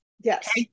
Yes